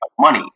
money